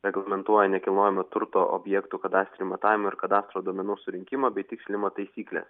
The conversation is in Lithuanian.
reglamentuoja nekilnojamo turto objektų kadastrinių matavimų ir kadastro duomenų surinkimo bei tikslinimo taisyklės